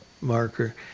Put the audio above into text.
marker